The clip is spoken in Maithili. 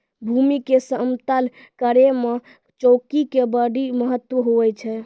भूमी के समतल करै मे चौकी के बड्डी महत्व हुवै छै